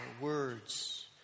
words